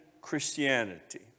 Christianity